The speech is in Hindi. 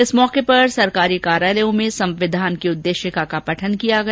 इस अवसर पर सरकारी कार्यालयों में संविधान की उद्देशिका का पठन किया गया